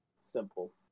simple